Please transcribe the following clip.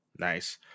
nice